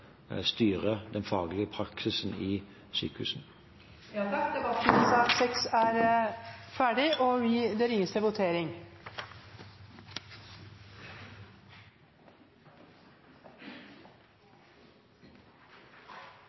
styre den faglige praksisen i sykehusene. Flere har ikke bedt om ordet til sak nr. 6, og det ringes til votering.